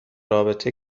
رابطه